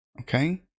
okay